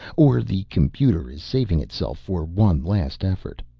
or the computer is saving itself for one last effort.